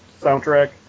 soundtrack